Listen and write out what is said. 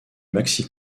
maxi